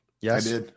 yes